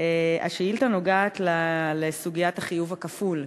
השאילתה נוגעת לסוגיית החיוב הכפול.